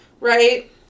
Right